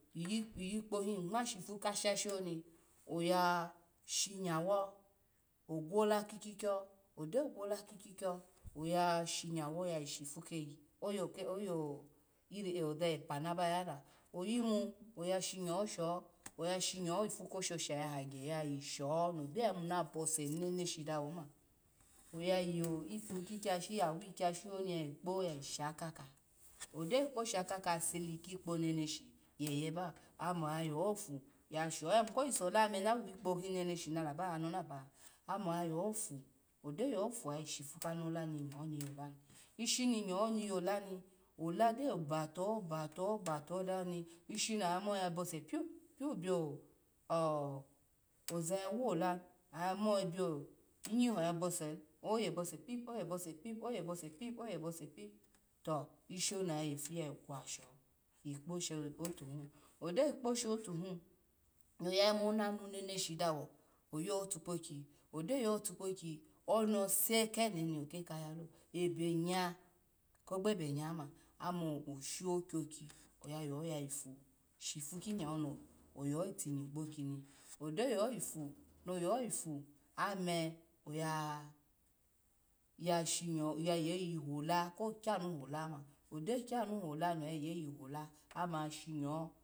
Viiyi kpohi yin gma sha shashi ni oya shi myoho ogwola ki kvikyo odo gwola ki kyi kyo oya shomyo ya yi shipu keyi oyo irio yoza epa naba yala oyimu oya shimyo sho ya shinyo ifu kosha sha ya yi hagya yayi sho ogyo yimu shona bose neneshi dawoma oya yo ikpa awi kpa kmayashi oni yayi kpo ya shakaka odo yi kpa sha kaka aseli kikpa neneshi yeye ba ama vovu yasho ove ovani ko yi sola ome nala ba na no na a ome a vovi ogyo vovu ayi shifu kimyo ni yolani ishi ni imyo ni yola ni ola gyo bato bato, bato dani ishini noya mo yabose pia pia bio oza yawu olani, oya mobio yinyo inyiwa yabo seni oyebosepi, oyebose pi, oyebose pi, oyo bose pi bo ishini oya vefu va yi kwosho yefu kpo vu tonu, oyyos yi kpo shotu oyonu neneshi dawo oya otukpaki do ya otukpoki onose ke noni oke ka yalo ebenye ko gbebe nye ma ame oshi okyoki oyayo vavi vu shi ifu kinyo no yohi tinyi gbokini do yo vivu no yohi vu ome oya shini vavahu hola kokyanu hola da kwonu omu ovavehi ma ome ova shinyo.